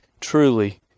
truly